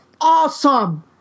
awesome